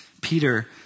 Peter